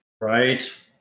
Right